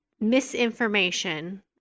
misinformation